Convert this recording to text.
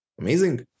Amazing